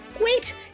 Wait